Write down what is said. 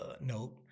note